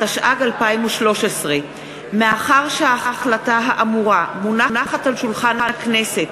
התשע"ג 2013. מאחר שההחלטה האמורה מונחת על שולחן הכנסת